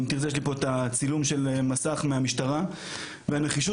יש לי פה צילום של מסך מהמשטרה והנחישות